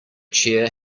chair